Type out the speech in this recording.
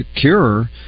cure